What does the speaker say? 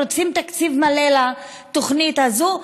רוצים תקציב מלא לתוכנית הזאת,